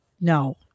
No